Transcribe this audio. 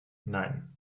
nein